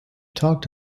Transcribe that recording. talked